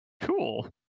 cool